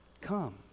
Come